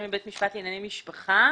"תלונות שאין לברר6.